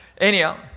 Anyhow